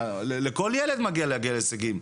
לכל ילד מגיע להגיע להישגים.